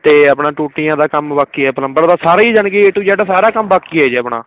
ਅਤੇ ਆਪਣਾ ਟੂਟੀਆਂ ਦਾ ਕੰਮ ਬਾਕੀ ਆ ਪਲੰਬਰ ਦਾ ਸਾਰਾ ਈ ਜਾਣੀ ਕਿ ਏ ਟੂ ਜੈੱਡ ਸਾਰਾ ਕੰਮ ਬਾਕੀ ਆ ਜੀ ਆਪਣਾ